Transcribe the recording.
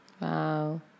Wow